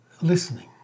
listening